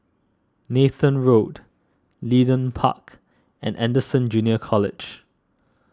Nathan Road Leedon Park and Anderson Junior College